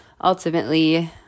ultimately